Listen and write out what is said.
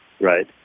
Right